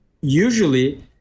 usually